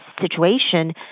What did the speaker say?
situation